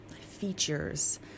features